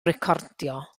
recordio